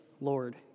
Lord